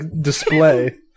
display